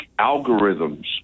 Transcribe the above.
algorithms